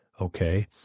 okay